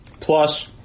plus